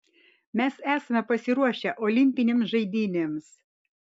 mes esame pasiruošę olimpinėms žaidynėms